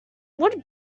would